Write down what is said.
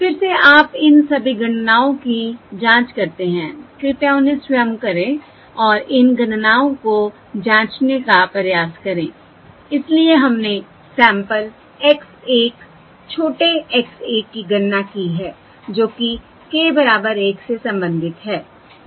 फिर से आप इन सभी गणनाओं की जांच करते हैं कृपया उन्हें स्वयं करें और इन गणनाओं को जांचने का प्रयास करें इसलिए हमने सैंपल x 1 छोटे x 1 की गणना की है जो कि k 1 से संबंधित है